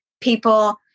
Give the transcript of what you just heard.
people